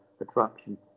attraction